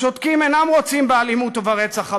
השותקים אינם רוצים באלימות וברצח הבא,